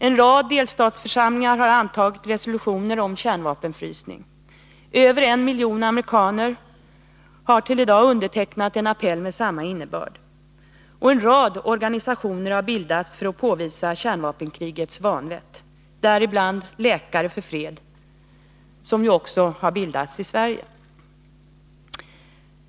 En rad delstatsförsamlingar har antagit resolutioner om kärnvapenfrysning. Över 1 miljon amerikaner har till i dag undertecknat en appell med samma innebörd. En rad organisationer har bildats för att påvisa kärnvapenkrigets vanvett, däribland Läkare för fred, som ju också har bildats i Sverige.